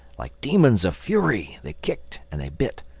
like demons of fury they kicked and they bit.